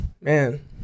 man